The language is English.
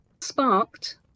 sparked